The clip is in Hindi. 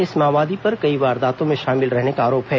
इस माओवादी पर कई वारदातों में शामिल रहने का आरोप है